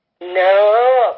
No